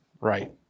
Right